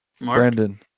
Brandon